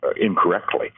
incorrectly